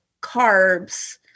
carbs